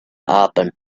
happen